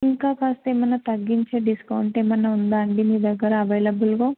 ఇంకా కాస్త ఏమైనా తగ్గించే డిస్కౌంట్ ఏమన్నా ఉందాండి మీ దగ్గర అవైలబుల్లో